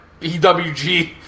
EWG